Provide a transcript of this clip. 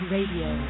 Radio